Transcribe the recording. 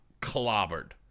clobbered